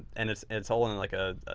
and it's it's all in and like ah a